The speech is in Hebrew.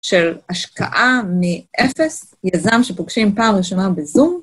של השקעה מ-0, יזם שפוגשים פעם ראשונה בזום.